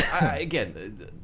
again